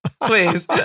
Please